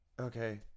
okay